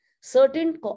Certain